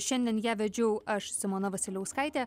šiandien ją vedžiau aš simona vasiliauskaitė